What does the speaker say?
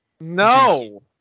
No